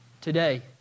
today